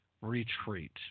retreat